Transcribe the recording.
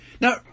Now